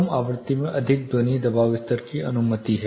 कम आवृत्ति में अधिक ध्वनि दबाव स्तर की अनुमति है